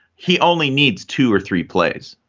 he only needs two or three plays,